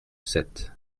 sept